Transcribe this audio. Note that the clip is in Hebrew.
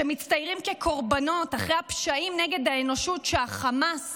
שמצטיירים כקורבנות אחרי הפשעים נגד האנושות שחמאס